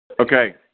okay